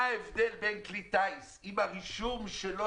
מה ההבדל בין כלי טיס אם הרישום שלו,